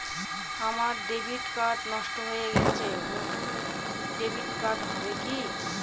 আমার debit card নষ্ট হয়ে গেছে নূতন ডেবিট কার্ড হবে কি?